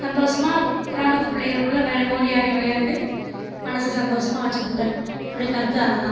சந்தோஷமாக கிராமத்து பிள்ளைகள்குள்ள ஓடியாடி விளையாண்டு மனசு சந்தோஷமாக வெச்சுக்குங்க என்னுடைய கருத்து அது தான்